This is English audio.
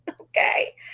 Okay